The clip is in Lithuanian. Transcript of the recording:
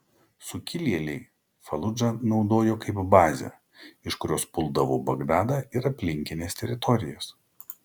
sukilėliai faludžą naudojo kaip bazę iš kurios puldavo bagdadą ir aplinkines teritorijas